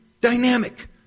dynamic